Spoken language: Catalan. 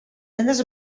tantes